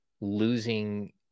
losing